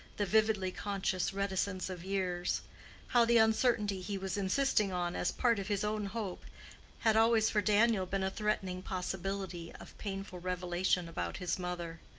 the vividly conscious reticence of years how the uncertainty he was insisting on as part of his own hope had always for daniel been a threatening possibility of painful revelation about his mother.